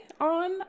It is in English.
on